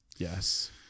Yes